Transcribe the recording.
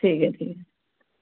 ठीक ऐ ठीक